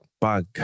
bug